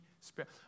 spirit